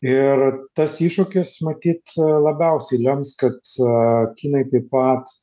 ir tas iššūkis matyt labiausiai lems kad kinai taip pat